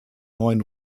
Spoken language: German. neuen